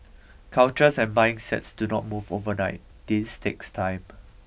cultures and mindsets do not move overnight this takes time